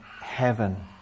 heaven